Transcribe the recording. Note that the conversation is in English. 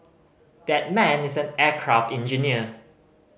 that man is an aircraft engineer